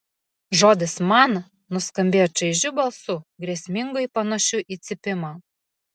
žodis man nuskambėjo čaižiu balsu grėsmingai panašiu į cypimą